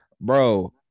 Bro